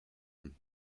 from